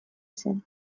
zen